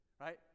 Right